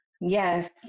Yes